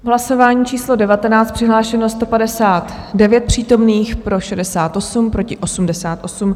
V hlasování číslo 19 přihlášeno 159 přítomných, pro 68, proti 88.